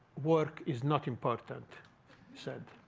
work is not important, he said.